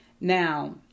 Now